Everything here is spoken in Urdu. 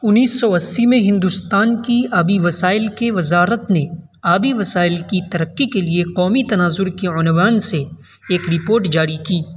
انیس سو اسّی میں ہندوستان کی آبی وسائل کے وزارت نے آبی وسائل کی ترقی کے لیے قومی تناظر کے عنوان سے ایک رپورٹ جاری کی